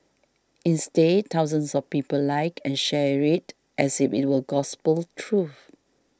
instead thousands of people liked and shared it as if it were gospel truth